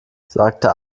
sagte